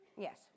Yes